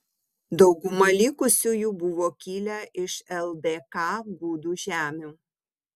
dauguma likusiųjų buvo kilę iš ldk gudų žemių